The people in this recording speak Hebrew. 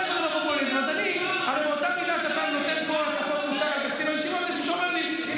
3 מיליארד, 3 מיליארד ש"ח, על מה אתה מדבר?